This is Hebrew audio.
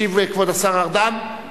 ישיב כבוד השר ארדן.